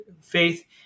faith